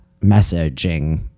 messaging